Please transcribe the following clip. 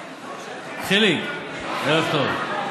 חיליק, ערב טוב.